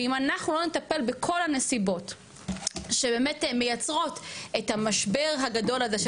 ואם אנחנו לא נטפל בכל הנסיבות שבאמת מייצרות את המשבר הגדול הזה,